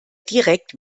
direkt